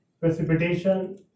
Precipitation